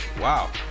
wow